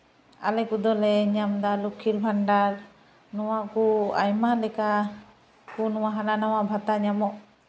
ᱟᱨ ᱟᱞᱮ ᱠᱚᱫᱚᱞᱮ ᱧᱟᱢᱫᱟ ᱞᱚᱠᱠᱷᱤᱨ ᱵᱷᱟᱱᱰᱟᱨ ᱱᱚᱣᱟ ᱠᱚ ᱟᱭᱢᱟ ᱞᱮᱠᱟ ᱠᱚ ᱟᱭᱢᱟ ᱞᱮᱠᱟ ᱠᱚ ᱦᱟᱱᱟ ᱱᱚᱣᱟ ᱵᱷᱟᱛᱟ ᱧᱟᱢᱚᱜ